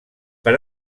per